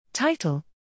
Title